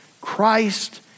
Christ